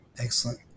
excellent